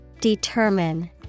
Determine